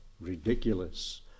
ridiculous